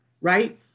right